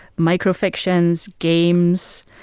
micro-fictions, games,